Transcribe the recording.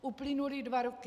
Uplynuly dva roky.